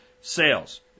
Sales